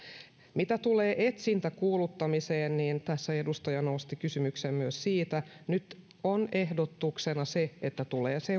mitä tulee etsintäkuuluttamiseen niin tässä edustaja nosti kysymyksen myös siitä nyt on ehdotuksena se että tulee